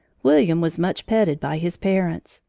william was much petted by his parents.